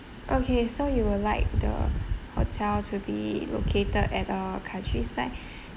okay so you would like the hotel to be located at a countryside